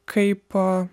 kaip a